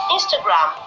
Instagram